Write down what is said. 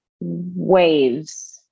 Waves